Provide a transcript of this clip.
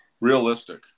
Realistic